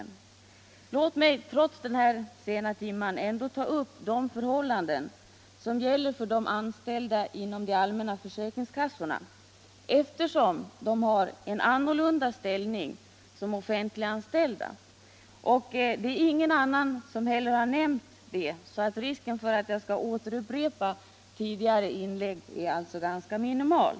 Men låt mig trots den sena timmen ändå ta upp de förhållanden som gäller för de anställda inom de allmänna försäkringskassorna, eftersom de har en annorlunda ställning som offentliganställda. Det är heller ingen annan som har nämnt dem, varför risken att upprepa tidigare inlägg är ganska minimal.